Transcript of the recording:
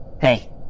Hey